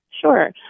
Sure